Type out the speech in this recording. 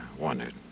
wondered